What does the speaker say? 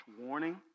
warning